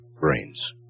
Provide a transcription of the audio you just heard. brains